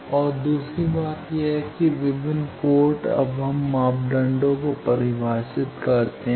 और दूसरी बात यह है कि विभिन्न पोर्ट अब हम मापदंडों को परिभाषित करते हैं